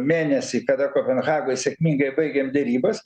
mėnesį kada kopenhagoj sėkmingai baigėm derybas